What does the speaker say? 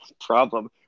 problem